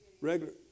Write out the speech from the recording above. Regular